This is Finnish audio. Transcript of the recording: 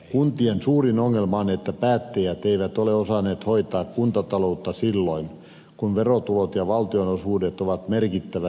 kuntien suurin ongelma on että päättäjät eivät ole osanneet hoitaa kuntataloutta silloin kun verotulot ja valtionosuudet ovat merkittävästi lisääntyneet